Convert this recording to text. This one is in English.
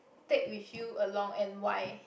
take with you along and why